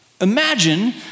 Imagine